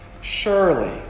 Surely